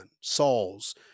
Saul's